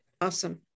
Awesome